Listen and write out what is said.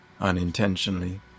unintentionally